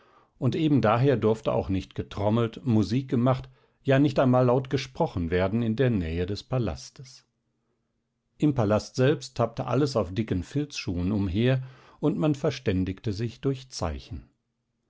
und ebendaher durfte auch nicht getrommelt musik gemacht ja nicht einmal laut gesprochen werden in der nähe des palastes im palast selbst tappte alles auf dicken filzschuhen umher und man verständigte sich durch zeichen